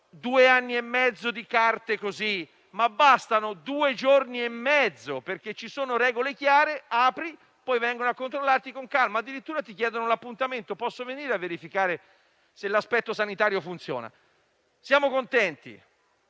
due anni e mezzo di carte, ma bastano due giorni e mezzo. Questo accade perché ci sono regole chiare, quindi apri e poi vengono a controllarti con calma (addirittura, ti chiedono l'appuntamento per venire a verificare se l'aspetto sanitario funziona). Siamo contenti.